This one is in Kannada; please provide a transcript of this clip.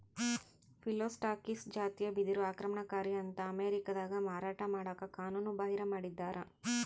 ಫಿಲೋಸ್ಟಾಕಿಸ್ ಜಾತಿಯ ಬಿದಿರು ಆಕ್ರಮಣಕಾರಿ ಅಂತ ಅಮೇರಿಕಾದಾಗ ಮಾರಾಟ ಮಾಡಕ ಕಾನೂನುಬಾಹಿರ ಮಾಡಿದ್ದಾರ